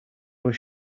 was